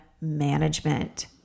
management